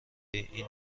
این